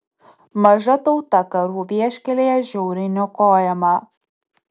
maža tauta karų vieškelyje žiauriai niokojama